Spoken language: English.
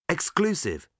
Exclusive